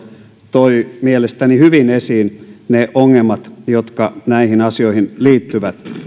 toi mielestäni hyvin esiin ne ongelmat jotka näihin asioihin liittyvät